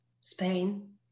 Spain